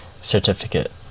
Certificate